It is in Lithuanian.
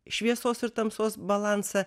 šviesos ir tamsos balansą